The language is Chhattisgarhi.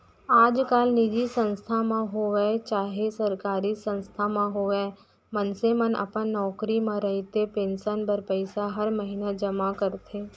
आजकाल निजी संस्था म होवय चाहे सरकारी संस्था म होवय मनसे मन अपन नौकरी म रहते पेंसन बर पइसा हर महिना जमा करथे